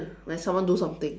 when someone do something